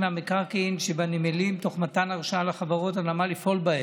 והמקרקעין שבנמלים תוך מתן הרשאה לחברות הנמל לפעול בהם,